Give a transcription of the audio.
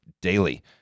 daily